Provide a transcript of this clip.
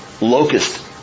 locust